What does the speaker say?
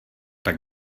tak